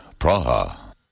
Praha